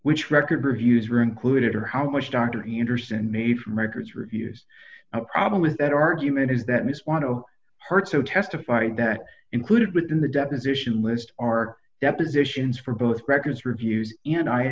which record reviews were included or how much dr anderson made from records reviews a problem with that argument is that miss want to hurt so testified that included within the deposition list are depositions for both records reviews and i